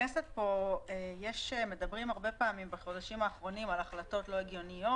בכנסת פה מדברים הרבה פעמים בחודשים האחרונים על החלטות לא הגיוניות,